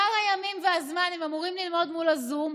בשאר הימים והזמן הם אמורים ללמוד מול הזום,